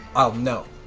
i'll know.